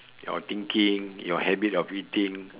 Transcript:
your thinking your habit of eating